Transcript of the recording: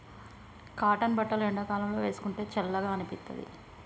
cotton బట్టలు ఎండాకాలం లో వేసుకుంటే చల్లగా అనిపిత్తది